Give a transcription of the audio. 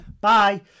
bye